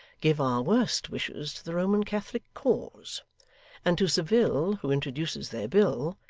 give our worst wishes to the roman catholic cause and to saville, who introduces their bill,